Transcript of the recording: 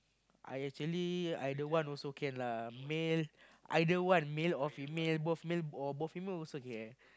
I actually either one also can lah male either one male or female both male or both female also can